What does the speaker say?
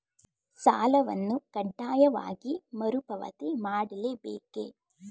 ಸಾಲವನ್ನು ಕಡ್ಡಾಯವಾಗಿ ಮರುಪಾವತಿ ಮಾಡಲೇ ಬೇಕೇ?